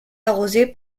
arrosé